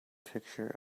picture